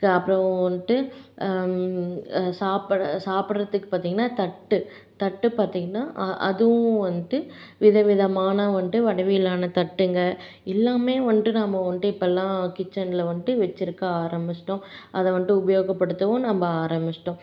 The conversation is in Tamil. அப்புறம் வந்துட்டு சாப்பிட சாப்பிடுறத்துக்கு பார்த்தீங்கன்னா தட்டு தட்டு பார்த்தீங்கன்னா அதுவும் வந்துட்டு விதவிதமான வந்துட்டு வடிவிலான தட்டுங்கள் எல்லாமே வந்துட்டு நாம் வந்துட்டு இப்போல்லாம் கிச்சன்ல வந்துட்டு வச்சிருக்க ஆரம்மிச்சிட்டோம் அதை வந்துட்டு உபயோகப்படுத்தவும் நம்ம ஆரம்மிச்சிட்டோம்